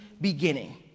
beginning